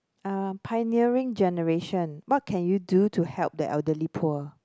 uh pioneering generation what can you do to help the elderly poor